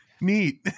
Neat